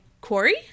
Corey